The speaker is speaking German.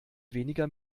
weniger